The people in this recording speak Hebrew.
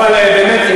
אבל באמת,